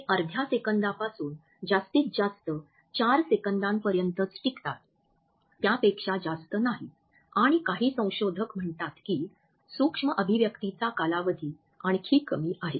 ते अर्ध्या सेकंदापासून जास्तीत जास्त 4 सेकंदांपर्यंतच टिकतात त्यापेक्षा जास्त नाही आणि काही संशोधक म्हणतात की सूक्ष्म अभिव्यक्तीचा कालावधी आणखी कमी आहे